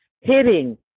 hitting